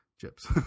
chips